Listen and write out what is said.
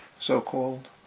so-called